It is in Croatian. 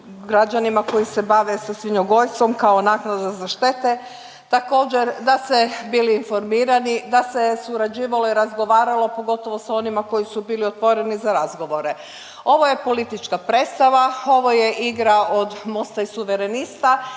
građanima koji se bave sa svinjogojstvom kao naknada za štete. Također da ste bili informirani da se surađivalo i razgovaralo pogotovo s onima koji su bili otvoreni za razgovore. Ovo je politička predstava, ovo je igra od Mosta i Suverenista